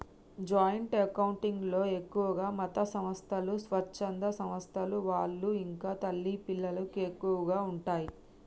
joint account లో ఎక్కువగా మతసంస్థలు, స్వచ్ఛంద సంస్థల వాళ్ళు ఇంకా తల్లి పిల్లలకు ఎక్కువగా ఉంటయ్